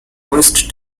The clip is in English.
west